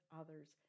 others